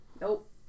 Nope